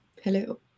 hello